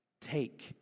Take